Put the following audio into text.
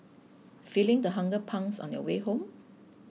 feeling the hunger pangs on your way home